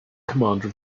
commander